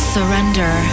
Surrender